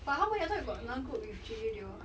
but how I thought you got another group with jay jay they all